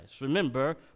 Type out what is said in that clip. Remember